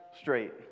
straight